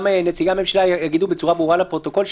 נציגי הממשלה יגידו בצורה ברורה לפרוטוקול,